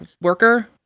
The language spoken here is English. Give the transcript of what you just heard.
worker